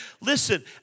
Listen